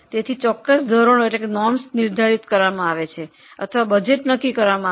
તેથી પ્રમાણ નિર્ધારિત કરવામાં આવે છે અથવા બજેટ નક્કી કરવામાં આવે છે